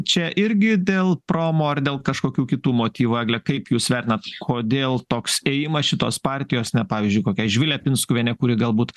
čia irgi dėl promo ar dėl kažkokių kitų motyvų egle kaip jūs vertinat kodėl toks ėjimas šitos partijos ne pavyzdžiui kokia živilė pinskuvienė kuri galbūt